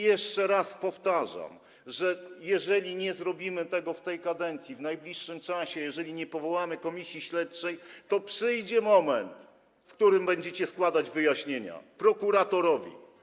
Jeszcze raz powtarzam, że jeżeli nie zrobimy tego w tej kadencji, w najbliższym czasie, jeżeli nie powołamy komisji śledczej, to przyjdzie moment, kiedy będziecie składać wyjaśnienia prokuratorowi.